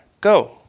Go